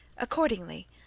Accordingly